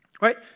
right